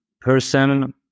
person